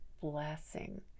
blessing